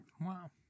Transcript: Wow